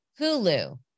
Hulu